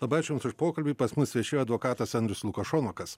labai ačiū jums už pokalbį pas mus viešėjo advokatas andrius lukašonokas